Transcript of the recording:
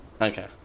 Okay